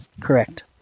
Correct